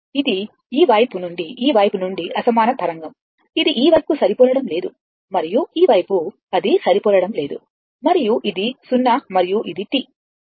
ఇది ఈ వైపు నుండి ఈ వైపు నుండి అసమాన తరంగం ఇది ఈ వైపుకు సరిపోలడం లేదు మరియు ఈ వైపు అది సరిపోలడం లేదు మరియు ఇది 0 మరియు ఇది T